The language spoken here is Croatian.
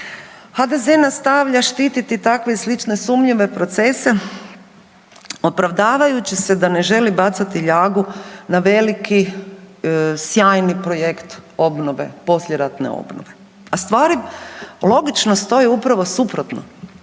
HDZ nastavlja štititi takve i slične sumnjive procese opravdavajući se da ne želi bacati ljagu na veliki sjajni projekt obnove, poslijeratne obnove a stvari logično stoje upravo suprotno.